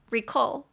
Recall